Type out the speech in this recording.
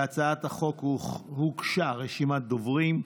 להצעת החוק הוגשה רשימת דוברים.